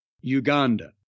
Uganda